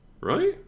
Right